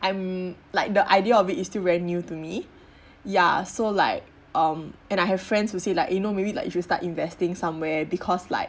I'm like the idea of it is still brand new to me ya so like um and I have friends who say like you know maybe like if you start investing somewhere because like